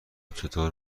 چطور